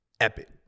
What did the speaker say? epic